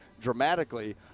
dramatically